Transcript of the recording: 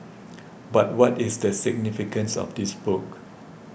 but what is the significance of this book